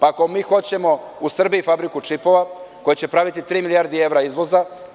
Ako mi hoćemo u Srbiji fabriku čipova koji će praviti tri milijarde evra izvoza.